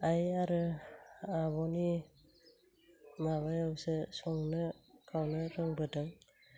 आइ आरो आब'नि माबायावसो संनो खावनो रोंबोदों